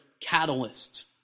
catalysts